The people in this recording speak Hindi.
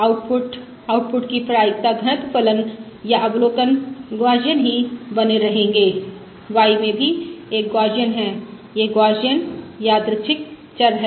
निर्गत निर्गत की प्रायिकता घनत्व फलन या अवलोकन गौसियन ही बने रहेंगे y में भी एक गौसियन है यह गौसियन यादृच्छिक चर है